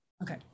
Okay